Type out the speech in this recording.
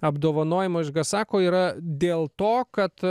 apdovanojimo iš gasako yra dėl to kad